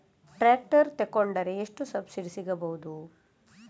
Tractor ತೊಕೊಂಡರೆ ಎಷ್ಟು subsidy ಸಿಗಬಹುದು?